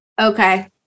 Okay